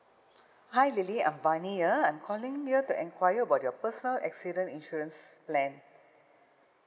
hi lily I'm bonnie here I'm calling in to enquire about your personal accident insurance plan